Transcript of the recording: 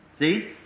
See